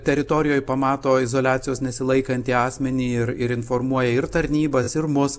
teritorijoj pamato izoliacijos nesilaikantį asmenį ir ir informuoja ir tarnybas ir mus